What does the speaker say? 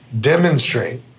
demonstrate